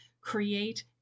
create